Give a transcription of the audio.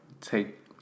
take